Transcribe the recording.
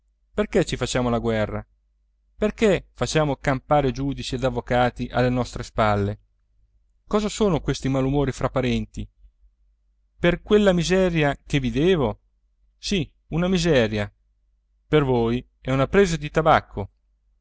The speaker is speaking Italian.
perché ci facciamo la guerra perché facciamo campare giudici ed avvocati alle nostre spalle cosa sono questi malumori fra parenti per quella miseria che vi devo sì una miseria per voi è una presa di tabacco